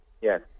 Yes